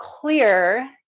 clear